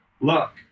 look